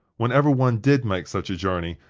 whenever one did make such a journey,